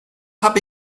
habe